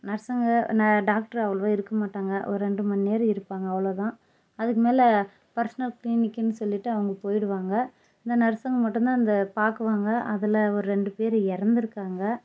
நர்ஸ்ஸுங்க ந டாக்டரு அவ்ளோவாக இருக்க மாட்டாங்க ஒரு ரெண்டு மண்நேரம் இருப்பாங்க அவ்ளோ தான் அதுக்கு மேலே பர்ஸனல் கிளீனிக்னு சொல்லிவிட்டு அவங்க போயிடுவாங்க இந்த நர்ஸுங்க மட்டும் தான் இந்த பார்க்குவாங்க அதில் ஒரு ரெண்டு பேர் இறந்துருக்காங்க